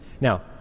Now